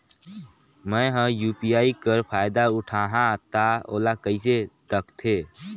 मैं ह यू.पी.आई कर फायदा उठाहा ता ओला कइसे दखथे?